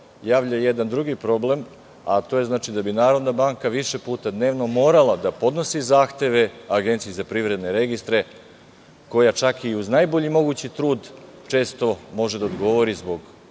javlja jedan drugi problem, koji znači da bi Narodna banka više puta dnevno morala da podnosi zahteve APR, koja čak i uz najbolji mogući trud često može da odgovori zbog